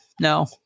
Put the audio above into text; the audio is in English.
no